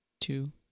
two